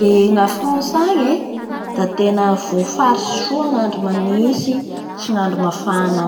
Ny andro a Frantsa agny zany ny toetrandro agny sady tsy manitsy ro tsy mafana ary